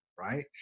right